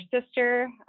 sister